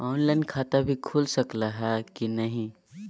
Online खाता भी खुल सकली है कि नही?